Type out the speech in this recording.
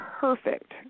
perfect